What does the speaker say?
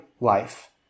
life